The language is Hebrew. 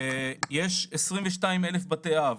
יש בו כ-22,000 בתי אב.